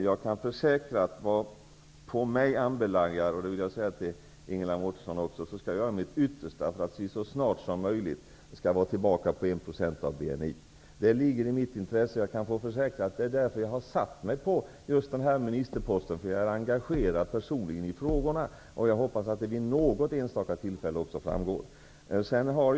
Jag kan försäkra -- och det vill jag säga också till Ingela Mårtensson -- att jag skall göra mitt yttersta för att vi så snart som möjligt skall vara tillbaka på 1 % av BNI. Det ligger i mitt intresse, och jag kan deklarera att anledningen till att jag har satt mig just på den här ministerposten är att jag personligen är engagerad i frågorna. Jag hoppas att det vid något enstaka tillfälle också framgår.